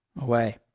away